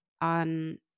on